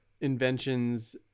inventions